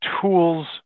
tools